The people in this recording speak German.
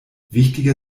wichtiger